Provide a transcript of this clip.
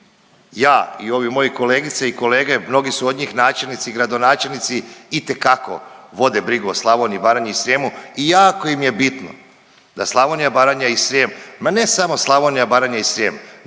Ja i ovi moji kolegice i kolege, mnogi su od njih načelnici i gradonačelnici itekako vode brigu o Slavoniji, Baranji i Srijemu i jako im je bitno da Slavonija, Baranja i Srijem, ma ne samo Slavonija, Baranja i Srijem